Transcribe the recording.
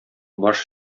баш